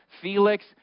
Felix